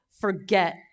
forget